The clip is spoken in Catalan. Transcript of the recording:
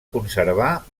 conservar